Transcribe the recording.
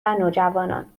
نوجوانان